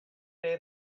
day